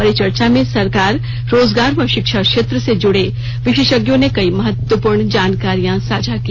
परिचर्चा में सरकार रोजगार व शिक्षा क्षेत्र से जुड़े विशेषज्ञों ने कई महत्वपूर्ण जानकारियां सांझा की